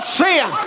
sin